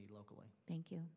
need locally thank you